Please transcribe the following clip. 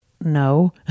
no